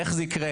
איך זה יקרה?